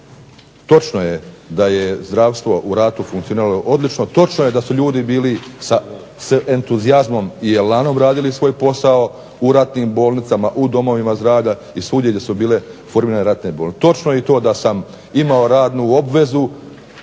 Točno je da je zdravstvo u ratu funkcioniralo odlično, točno je da su ljudi bili s entuzijazmom i elanom radili svoj posao u ratnim bolnicama, u domovima zdravlja i svugdje gdje su bile formirane ratne bolnice. Točno je i to da sam imao radnu obvezu,